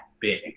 big